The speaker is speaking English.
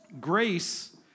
Grace